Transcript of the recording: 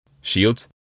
shields